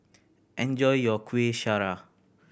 enjoy your Kueh Syara